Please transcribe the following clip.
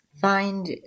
find